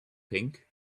pink